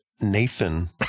Nathan